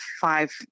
five